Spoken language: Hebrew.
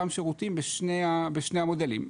אותם שירותים בשני המודלים.